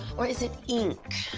or is it ink?